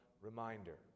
reminder